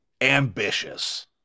ambitious